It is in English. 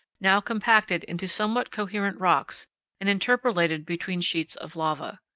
now compacted into somewhat coherent rocks and interpolated between sheets of lava.